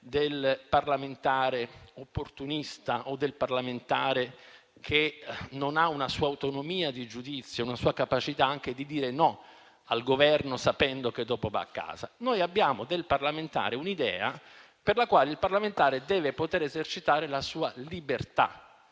del parlamentare opportunista o del parlamentare che non ha una sua autonomia di giudizio e una sua capacità anche di dire no al Governo sapendo che dopo va a casa. Noi abbiamo un'idea per la quale il parlamentare deve poter esercitare la sua libertà,